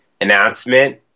announcement